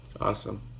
Awesome